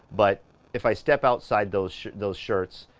but if i step outside those those shirts,